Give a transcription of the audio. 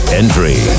entry